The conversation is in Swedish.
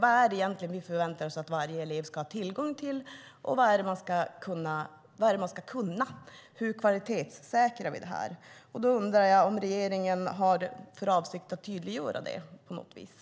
Vad är det egentligen vi förväntar oss att varje elev ska ha tillgång till, och vad är det man ska kunna? Hur kvalitetssäkrar vi detta? Då undrar jag om regeringen har för avsikt att tydliggöra det på något sätt.